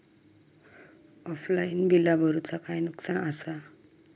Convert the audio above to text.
Offline बिला भरूचा काय नुकसान आसा?